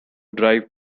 drive